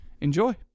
enjoy